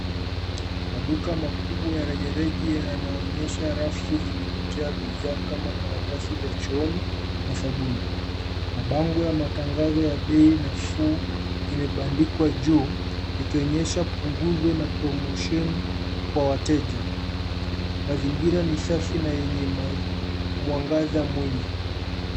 Maduka makubwa ya rejareja yanaonyesha rafu zilizojaa bidhaa kama karatasi za chooni na sabuni. Mabango ya matangazo ya bei nafuu yamebandikwa juu, ikionyesha punguzo na promosheni kwa wateja. Mazingira ni safi na yenye mwangaza mwingi.